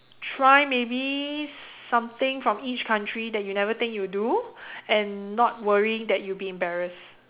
try maybe something from each country that you'd never think you do and not worry that you'd be embarrassed